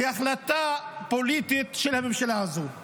ההחלטה היא החלטה פוליטית של הממשלה הזאת.